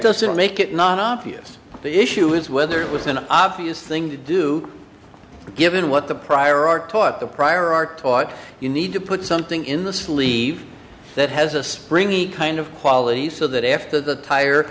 doesn't make it not for us the issue is whether it was an obvious thing to do given what the prior art taught the prior art taught you need to put something in the sleeve that has a springy kind of quality so that after the tire